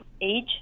age